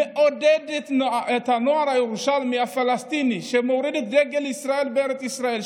מעודד את הנוער הירושלמי הפלסטיני שמוריד את דגל ישראל בארץ ישראל,